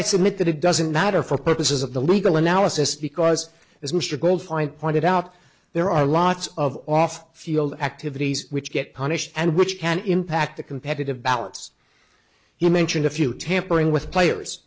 submit that it doesn't matter for purposes of the legal analysis because as mr girlfight pointed out there are lots of off field activities which get punished and which can impact the competitive balance you mentioned a few tampering with players